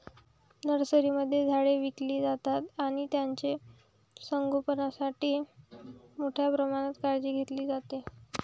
नर्सरीमध्ये झाडे विकली जातात आणि त्यांचे संगोपणासाठी मोठ्या प्रमाणात काळजी घेतली जाते